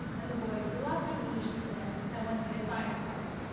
and the boy to left of me usually said, i want to be a firefighter.